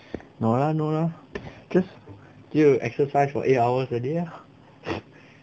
no lah no lah just 就 exercise for eight hours a day lah